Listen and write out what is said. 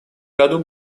году